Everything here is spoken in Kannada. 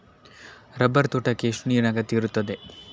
ರಬ್ಬರ್ ತೋಟಕ್ಕೆ ಎಷ್ಟು ನೀರಿನ ಅಗತ್ಯ ಇರುತ್ತದೆ?